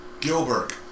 Gilbert